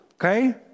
Okay